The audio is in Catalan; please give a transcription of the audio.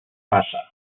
bassa